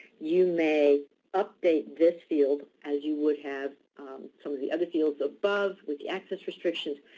you may update this field as you would have some of the other fields above with the access restrictions.